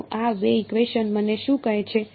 તો આ બે ઇકવેશન મને શું કહે છે